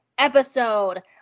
episode